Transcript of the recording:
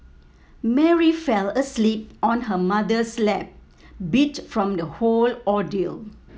Mary fell asleep on her mother's lap beat from the whole ordeal